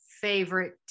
favorite